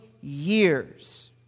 years